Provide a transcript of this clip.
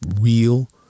real